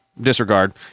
disregard